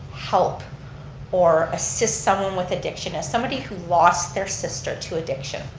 help or assist someone with addiction as somebody who lost their sister to addiction,